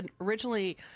Originally